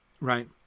right